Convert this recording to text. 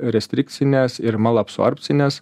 restrikcines ir malabsorbcines